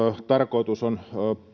tarkoitus on